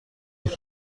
امضا